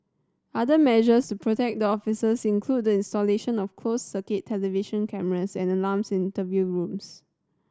other measures to protect the officers include the installation of closed circuit television cameras and alarms in the interview rooms